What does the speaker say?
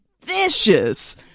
vicious